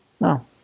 No